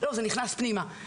זה נכנס פנימה.